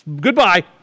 Goodbye